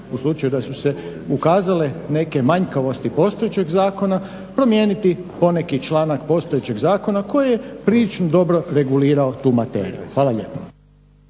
u slučaju da su se ukazale neke manjkavosti postojećeg zakona promijeniti poneki članak postojećeg zakona koji je prilično dobro regulirao tu materiju. Hvala lijepo.